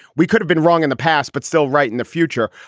we could have been wrong in the past, but still right in the future.